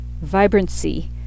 vibrancy